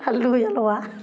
अल्लू अल्हुआ